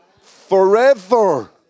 forever